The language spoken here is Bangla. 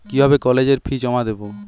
কিভাবে কলেজের ফি জমা দেবো?